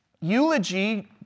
Eulogy